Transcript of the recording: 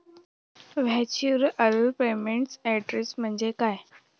Virtual payment address म्हणजे काय?